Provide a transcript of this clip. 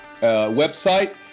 website